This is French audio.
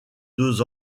deux